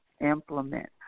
implement